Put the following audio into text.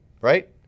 right